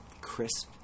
crisp